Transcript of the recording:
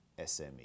SME